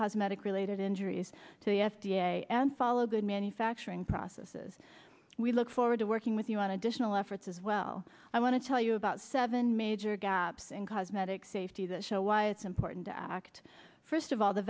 cosmetic related injuries to the f d a and follow good manufacturing processes we look forward to working with you on additional efforts as well i want to tell you about seven major gaps in cosmetic safety that show why it's important to act first of all the